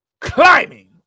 climbing